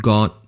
God